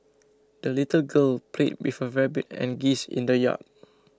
the little girl played with her rabbit and geese in the yard